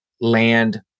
land